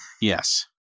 Yes